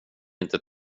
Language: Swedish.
inte